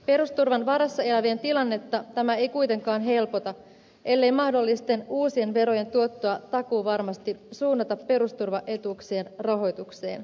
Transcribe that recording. perusturvan varassa elävien tilannetta tämä ei kuitenkaan helpota ellei mahdollisten uusien verojen tuottoa takuuvarmasti suunnata perusturvaetuuksien rahoitukseen